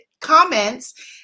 comments